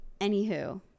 Anywho